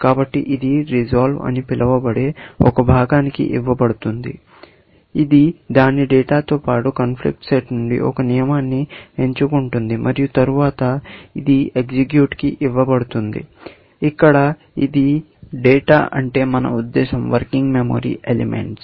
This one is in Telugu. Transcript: కాబట్టి ఇది రిసొల్వె RESOLVE అని పిలువబడే ఒక భాగానికి ఇవ్వబడుతుంది ఇది దాని డేటా తో పాటు కాన్ఫ్లిక్ట్ సెట్ నుండి ఒక నియమాన్ని ఎంచుకుంటుంది మరియు తరువాత ఇది ఎగ్జిక్యూట కి ఇవ్వబడుతుంది ఇక్కడ డేటా అంటే మన ఉదేశ్యం వర్కింగ్ మెమోరీ ఎలిమెంట్స్